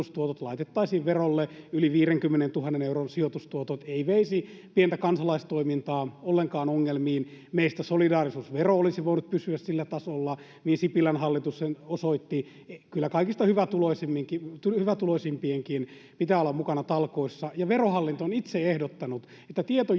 sijoitustuotot laitettaisiin verolle. Yli 50 000 euron sijoitustuotot eivät veisi pientä kansalaistoimintaa ollenkaan ongelmiin. Meistä solidaarisuusvero olisi voinut pysyä sillä tasolla, mihin Sipilän hallitus sen osoitti. Kyllä kaikista hyvätuloisimpienkin pitää olla mukana talkoissa. [Tuomas Kettunen: Juuri